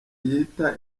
yita